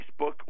Facebook